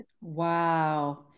Wow